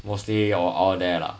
mostly or all there lah